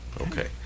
Okay